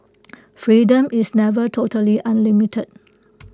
freedom is never totally unlimited